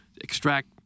extract